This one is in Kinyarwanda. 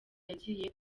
yagiye